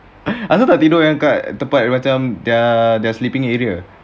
asal tak tidur yang dekat tempat macam their sleeping area